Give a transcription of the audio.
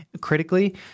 critically